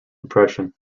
depression